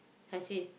I see